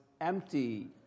empty